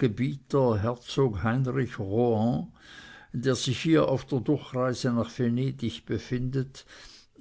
gebieter herzog heinrich rohan der sich hier auf der durchreise nach venedig befindet